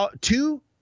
two